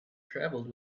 travelled